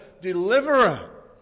deliverer